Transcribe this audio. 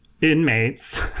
inmates